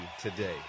today